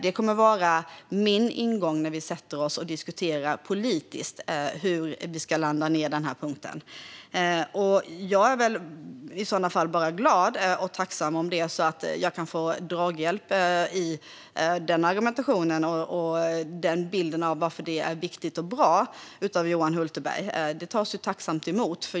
Det kommer att vara min ingång när vi diskuterar politiskt hur vi ska landa i denna punkt, och jag är glad och tacksam om jag kan få draghjälp av Johan Hultberg i min argumentation och bild av varför detta är viktigt och bra.